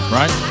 right